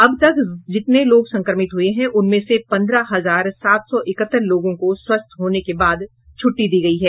अब तक जितने लोग संक्रमित हुये हैं उनमें से पन्द्रह हजार सात सौ इकहत्तर लोगों को स्वस्थ होने के बाद छुट्टी दी गयी है